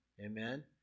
amen